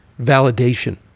validation